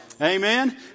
Amen